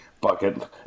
bucket